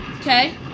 Okay